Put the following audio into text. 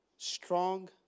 Strong